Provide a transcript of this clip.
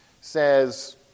says